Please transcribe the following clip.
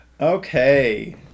Okay